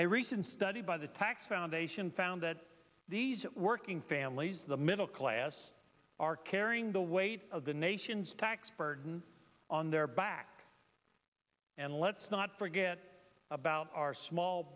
a recent study by the tax foundation found that these working families the middle class are carrying the weight of the nation's tax burden on their back and let's not forget about our small